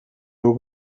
nur